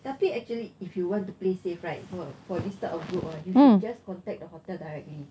tapi actually if you want to play safe right for for this type of group or what you should just contact the hotel directly